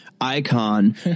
icon